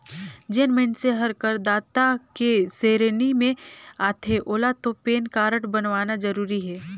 जेन मइनसे हर करदाता के सेरेनी मे आथे ओेला तो पेन कारड बनवाना जरूरी हे